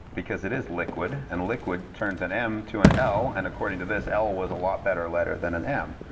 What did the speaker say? because it is liquid. and liquid turns an m to an l, and according to this l is a lot better letter than an m.